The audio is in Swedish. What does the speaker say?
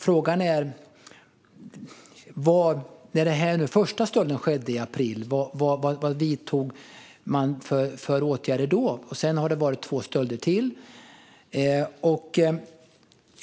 Frågan är vad man vidtog för åtgärder när den första stölden skedde i april. Sedan har det varit två stölder till.